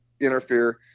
interfere